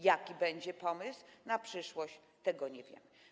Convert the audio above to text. Jaki będzie pomysł na przyszłość, tego nie wiem.